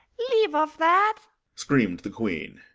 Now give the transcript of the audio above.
leave off that screamed the queen.